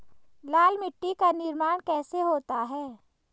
लाल मिट्टी का निर्माण कैसे होता है?